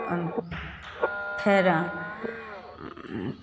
फेर